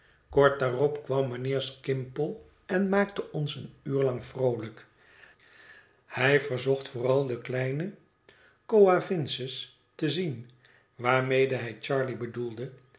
kort daarop kwam mijnheer skimpole en maakte ons een uur lang vroolijk hij verzocht vooral de kleine coavinses te zien waarmede hij charley